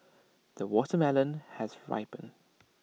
the watermelon has ripened